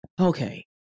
okay